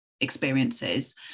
experiences